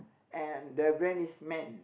and the brand is men